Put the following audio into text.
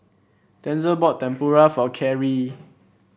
Denzil bought Tempura for Carey